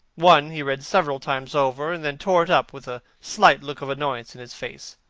one he read several times over and then tore up with a slight look of annoyance in his face.